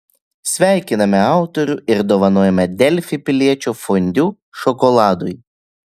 sveikiname autorių ir dovanojame delfi piliečio fondiu šokoladui